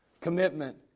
Commitment